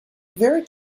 very